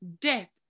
death